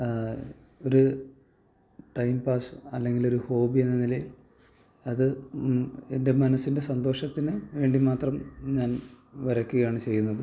ഒരു time pass അല്ലെങ്കിലൊരു hobby എന്ന നിലയിൽ അത് എൻ്റെ മനസ്സിൻ്റെ സന്തോഷത്തിന് വേണ്ടി മാത്രം ഞാൻ വരയ്ക്കുകയാണ് ചെയ്യുന്നത്